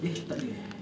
eh takde eh